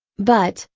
but,